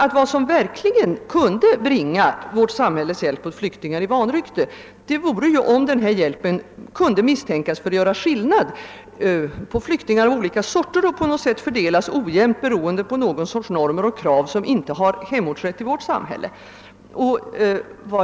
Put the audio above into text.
Ty vad som verkligen kunde bringa vårt samhälles hjälp åt flyktingar i vanrykte, vore om denna hjälp kunde misstänkas innebära skillnader beträffande flyktingar av olika slag, så att hjälpen på något sätt fördelas ojämnt, beroende på någon sorts normer och krav som inte har hemortsrätt i vårt samhälle.